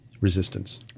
resistance